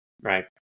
right